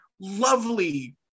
lovely